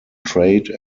trade